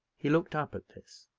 he looked up at this.